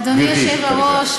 אדוני היושב-ראש,